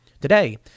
Today